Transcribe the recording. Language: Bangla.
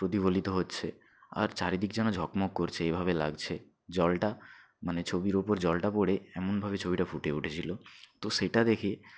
প্রতিফলিত হচ্ছে আর চারিদিক যেন ঝকমক করছে এভাবে লাগছে জলটা মানে ছবির ওপর জলটা পড়ে এমনভাবে ছবিটা ফুটে উঠেছিলো তো সেটা দেখে